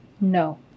No